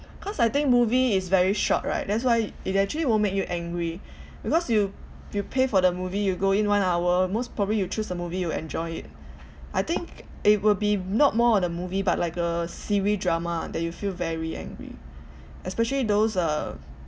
cause I think movie is very short right that's why it actually won't make you angry because you you pay for the movie you go in one hour most probably you choose the movie you enjoy it I think it will be not more on the movie but like a serial drama that you feel very angry especially those uh